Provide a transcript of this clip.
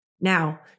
Now